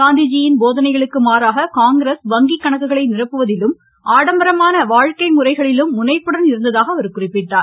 காந்திஜியின் போதனைகளுக்கு மாறாக காங்கிரஸ் வங்கி கணக்குகளை நிரப்புவதிலும் ஆடம்பரமான வாழ்க்கை முறைகளிலும் முனைப்புடன் இருந்ததாக அவர் குறிப்பிட்டார்